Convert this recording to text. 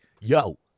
Yo